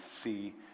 see